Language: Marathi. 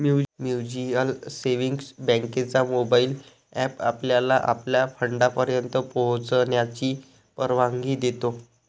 म्युच्युअल सेव्हिंग्ज बँकेचा मोबाइल एप आपल्याला आपल्या फंडापर्यंत पोहोचण्याची परवानगी देतो